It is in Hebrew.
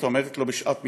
העומדת לו בשעת מבחן.